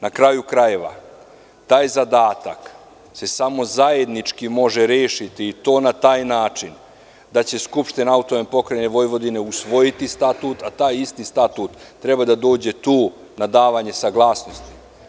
Na kraju krajeva, taj zadatak se samo zajednički može rešiti i to na taj način da će Skupština AP Vojvodine usvojiti statut, a taj isti statut treba da dođe tu davanje saglasnosti.